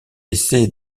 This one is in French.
essaie